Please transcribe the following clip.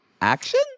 action